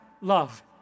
love